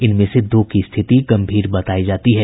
इनमें से दो की स्थिति गंभीर बतायी जाती है